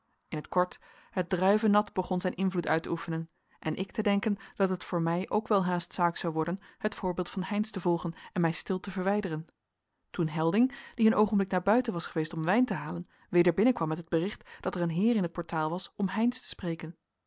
in t kort het druivennat begon zijn invloed uit te oefenen en ik te denken dat het voor mij ook welhaast zaak zou worden het voorbeeld van heynsz te volgen en mij stil te verwijderen toen helding die een oogenblik naar buiten was geweest om wijn te halen weder binnenkwam met het bericht dat er een heer in t portaal was om heynsz te spreken